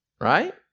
right